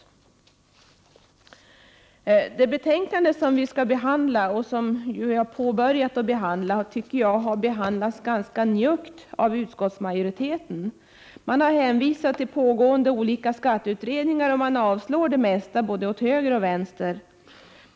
Det ärende som vi skall fortsätta behandla i kväll har behandlats tämligen njuggt av utskottsmajoriteten. Med hänvisning till de pågående olika skatteutredningarna avstyrks det mesta, både åt höger och åt vänster.